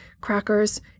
crackers